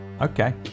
Okay